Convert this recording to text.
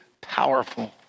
powerful